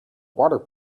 water